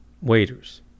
waiters